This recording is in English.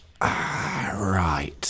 right